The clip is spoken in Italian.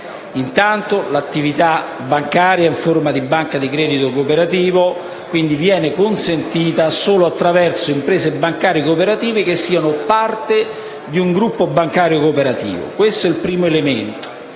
Intanto, l'attività bancaria in forma di banca di credito cooperativo viene consentita solo attraverso imprese bancarie cooperative che siano parte di un gruppo bancario cooperativo. Questo è il primo elemento.